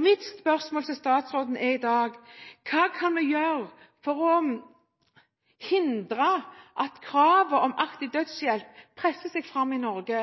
Mitt spørsmål til statsråden er i dag: Hva kan vi gjøre for å hindre at kravet om aktiv dødshjelp presser seg fram i Norge?